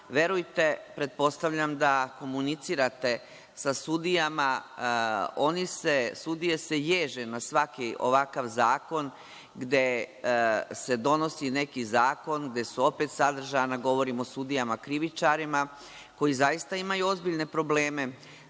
verujte, pretpostavljam da komunicirate sa sudijama, sudije se ježe na svaki ovakav zakon, gde se donosi neki zakon, gde su opet sadržana, govorim o sudijama krivičarima, koji zaista imaju ozbiljne probleme